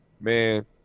man